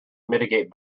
mitigate